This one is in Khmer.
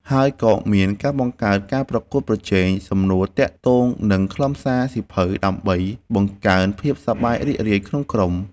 ហើយក៏មានការបង្កើតការប្រកួតប្រជែងសំណួរទាក់ទងនឹងខ្លឹមសារសៀវភៅ ដើម្បីបង្កើនភាពសប្បាយរីករាយក្នុងក្រុម។